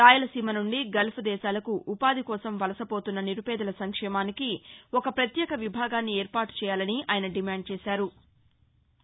రాయలసీమ నుండి గల్ప్ దేశాలకు ఉపాధి కోసం వలసపోతున్న నిరుపేదల సంక్షేమానికి ఒక పత్యేక విభాగాన్ని ఏర్పాటు చేయాలని ఆయన డిమాండ్ చేశారు